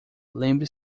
lembre